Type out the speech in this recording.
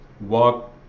walk